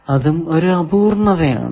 അതും ഒരു അപൂർണത ആണ്